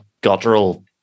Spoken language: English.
guttural